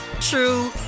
true